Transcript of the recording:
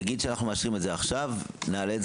נגיד שאנחנו מאשרים את הזה עכשיו נעלה את